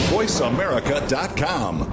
VoiceAmerica.com